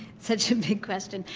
such a big question.